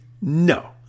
no